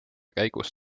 käigus